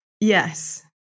Yes